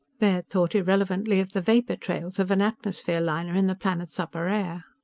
baird thought irrelevantly of the vapor trails of an atmosphere-liner in the planet's upper air.